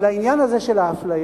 אבל העניין הזה של האפליה,